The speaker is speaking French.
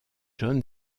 john